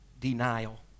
Denial